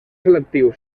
selectiu